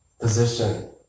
position